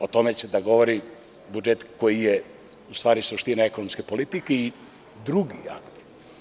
O tome će da govori budžet koji je u stvari suština ekonomske politike i drugi akti.